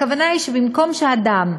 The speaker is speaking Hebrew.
הכוונה היא שבמקום שהאדם,